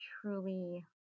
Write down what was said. truly